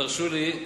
אבל תרשו לי,